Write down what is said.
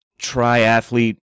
triathlete